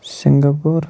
Singapore